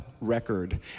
record